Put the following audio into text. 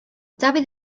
dafydd